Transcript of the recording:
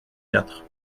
quatre